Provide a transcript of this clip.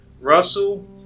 Russell